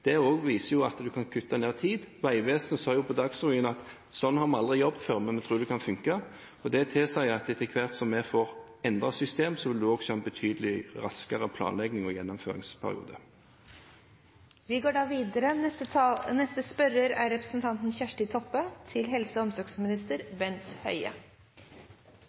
Det viser at en kan kutte tid. Vegvesenet sa på Dagsrevyen at slik har vi aldri jobbet før, men vi tror det kan fungere. Det tilsier at etter hvert som vi får et endret system, vil det også være en betydelig raskere planlegging og en raskere gjennomføringsperiode. Disse spørsmålene utsettes til neste spørretime. «Sykehuset Telemark HF skal den 20. mai ta den endelege avgjersla i saka om Utviklingsplanen 2014-2016. I innstillinga er